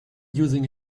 using